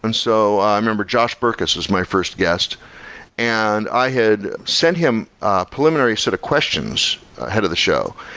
and so i remember josh berkus was my first guest and i had sent him a preliminary set of questions ahead of the show.